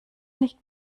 nicht